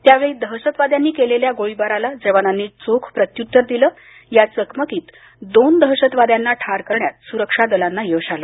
त्यावेळी दहशतवाद्यांनी केलेल्या गोळीबाराला जवानांनी चोख प्रत्युत्तर दिलं या चकमकीत दोन दहशतवाद्यांना ठार करण्यात सुरक्षा दलांना यश आलं